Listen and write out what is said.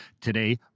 today